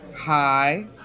Hi